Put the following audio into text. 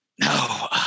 No